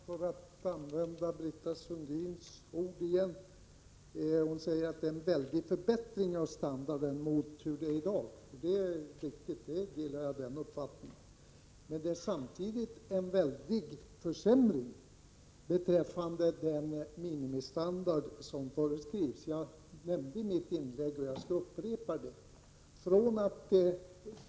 Fru talman! Förslaget innebär en väldig förbättring av standarden jämfört med situationen i dag, påstår Britta Sundin. Det är riktigt, och jag delar den uppfattningen. Samtidigt blir det emellertid en väldig försämring av den minimistandard som föreskrivs. Jag beskrev utvecklingen i mitt inlägg, och jag skall upprepa vad jag sade.